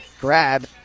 grab